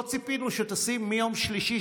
לא ציפינו שתשים מיום שלישי,